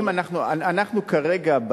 כרגע,